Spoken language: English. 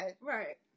Right